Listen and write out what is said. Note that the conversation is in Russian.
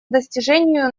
достижению